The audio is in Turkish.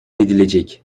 edilecek